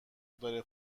داره